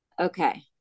Okay